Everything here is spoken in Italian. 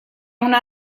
una